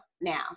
now